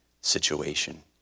situation